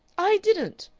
i didn't!